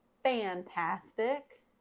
Fantastic